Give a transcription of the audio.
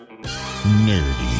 nerdy